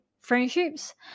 friendships